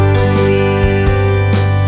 please